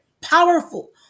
Powerful